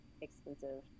expensive